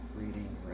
reading